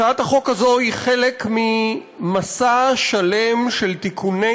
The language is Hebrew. הצעת החוק הזו היא חלק ממסע שלם של תיקוני